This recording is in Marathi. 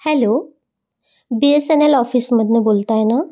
hello B S N L ऑफिसमधून बोलताय ना